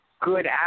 good